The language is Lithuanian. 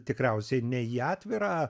tikriausiai ne į atvirą